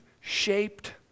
shaped